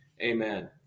amen